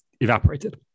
evaporated